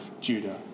Judah